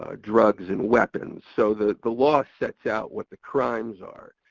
ah drugs and weapons. so the the law sets out what the crimes are.